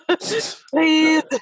please